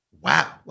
Wow